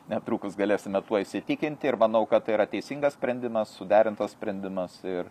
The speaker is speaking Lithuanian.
netrukus galėsime tuo įsitikinti ir manau kad tai yra teisingas sprendimas suderintas sprendimas ir